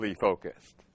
focused